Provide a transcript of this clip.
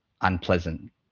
unpleasant